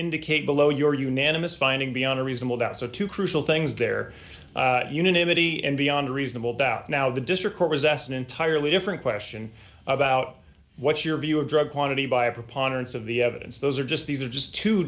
indicate below your unanimous finding beyond a reasonable doubt so two crucial things there unanimity and beyond reasonable doubt now the district court has s an entirely different question about what your view of drug quantity by a preponderance of the evidence those are just these are just two